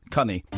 Cunny